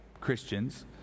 Christians—